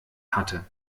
hatte